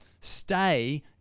stay